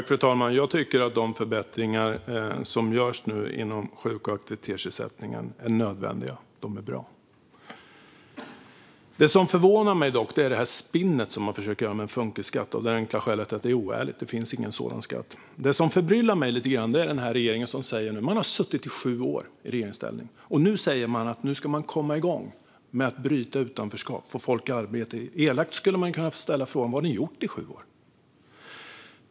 Fru talman! Jag tycker att de förbättringar som nu görs inom sjuk och aktivitetsersättningen är nödvändiga och bra. Det som förvånar mig är spinnet man försöker göra kring funkisskatt, och det är av det enkla skälet att det är oärligt. Det finns ingen sådan skatt. Det som förbryllar mig lite grann är att regeringen efter sju år i regeringsställning säger att man nu ska komma igång med att bryta utanförskap och få folk i arbete. Lite elakt skulle man ju kunna ställa frågan vad ni har gjort i sju år.